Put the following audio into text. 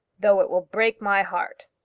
though it will break my heart.